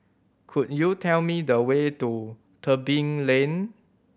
could you tell me the way to Tebing Lane